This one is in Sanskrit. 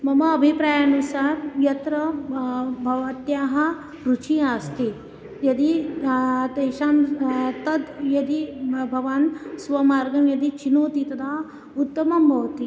मम अभिप्रायानुसारं यत्र भवत्याः रुचिः आस्ति यदि तेषां तत् यदि ब भवान् स्वमार्गं यदि चिनोति तदा उत्तमं भवति